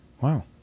wow